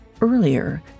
Earlier